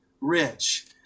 rich